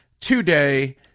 today